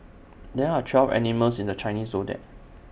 there are twelve animals in the Chinese Zodiac